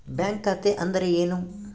Bank ಖಾತೆ ಅಂದರೆ ಏನು?